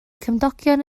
cymdogion